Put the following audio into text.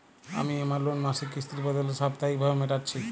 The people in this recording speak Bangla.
আমি আমার লোন মাসিক কিস্তির বদলে সাপ্তাহিক ভাবে মেটাচ্ছি